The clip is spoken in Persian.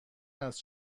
است